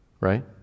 Right